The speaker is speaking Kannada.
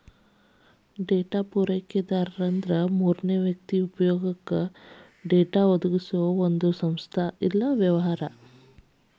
ಡೇಟಾ ಪೂರೈಕೆದಾರ ಅಂದ್ರ ಮೂರನೇ ವ್ಯಕ್ತಿ ಉಪಯೊಗಕ್ಕ ಡೇಟಾ ಒದಗಿಸೊ ಒಂದ್ ಸಂಸ್ಥಾ ಇಲ್ಲಾ ವ್ಯವಹಾರ